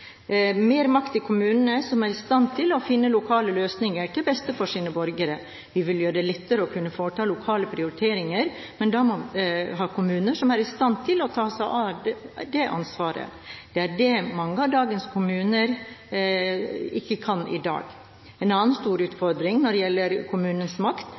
som er i stand til å finne lokale løsninger til beste for sine borgere. Vi vil gjøre det lettere å kunne foreta lokale prioriteringer, men da må vi ha kommuner som er i stand til å ta på seg det ansvaret. Det er dette mange av dagens kommuner ikke kan. En annen stor utfordring når det gjelder kommunenes makt,